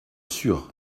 sûr